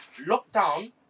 lockdown